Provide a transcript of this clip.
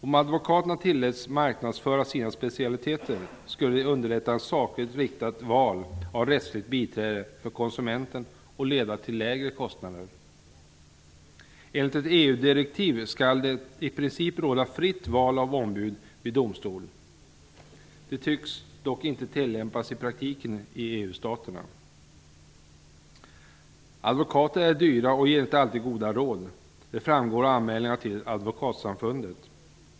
Om advokaterna tilläts marknadsföra sina specialiteter skulle det underlätta ett sakligt riktat val av rättsligt biträde för konsumenten och leda till lägre kostnader. Enligt ett EU-direktiv skall det i princip råda fritt val av ombud vid domstol. Det tycks dock inte tillämpas i praktiken i EU-staterna. Advokater är dyra och ger inte alltid goda råd. Det framgår av anmälningarna till Advokatsamfundet.